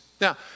Now